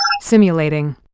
Simulating